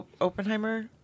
Oppenheimer